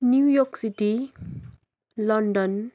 New York city London